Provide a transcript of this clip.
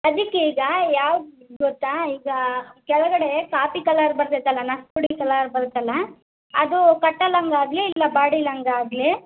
ಅದಕ್ಕೆ ಈಗ ಯಾವ್ದು ಗೊತ್ತಾ ಈಗಾ ಕೆಳಗಡೆ ಕಾಪಿ ಕಲರ್ ಬರ್ತೈತ್ತಲ ಪುಡಿ ಕಲ್ಲರ್ ಬರುತ್ತಲ್ಲಾ ಅದೂ ಕಟ್ಟೊ ಲಂಗ ಆಗಲಿ ಇಲ್ಲ ಬಾಡಿ ಲಂಗ ಆಗಲಿ